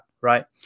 Right